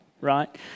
Right